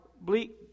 bleak